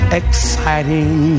exciting